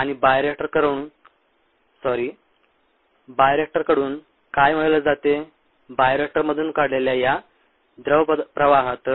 आणि बायोरिएक्टरकडून काय मिळवले जाते बायोरिएक्टरमधून काढलेल्या या द्रव प्रवाहात